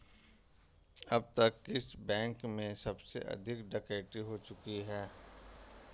अब तक किस बैंक में सबसे अधिक डकैती हो चुकी है?